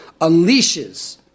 unleashes